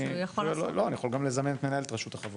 אני יכול לזמן גם את מנהלת רשות החברות.